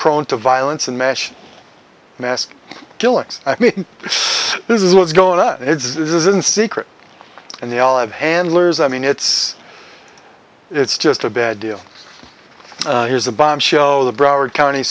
prone to violence and mash mass killings this is what's going on it's isn't secret and they all have handlers i mean it's it's just a bad deal here's a bomb show the broward county